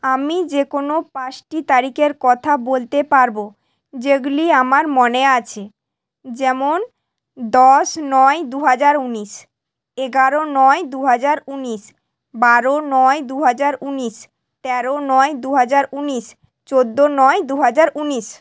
আমি যে কোনও পাঁচটি তারিখের কথা বলতে পারবো যেগুলি আমার মনে আছে যেমন দশ নয় দু হাজার উনিশ এগারো নয় দু হাজার উনিশ বারো নয় দু হাজার উনিশ তেরো নয় দু হাজার উনিশ চোদ্দ নয় দু হাজার উনিশ